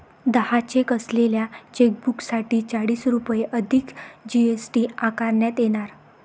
दहा चेक असलेल्या चेकबुकसाठी चाळीस रुपये अधिक जी.एस.टी आकारण्यात येणार